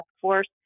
Force